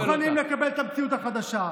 לא מוכנים לקבל את המציאות החדשה.